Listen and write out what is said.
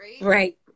right